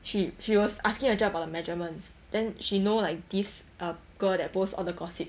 she she was asking the cher about the measurements then she know like this err girl that post all the gossip